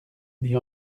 dit